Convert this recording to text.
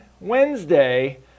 Wednesday